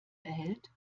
erhält